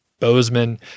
Bozeman